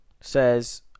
says